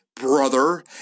Brother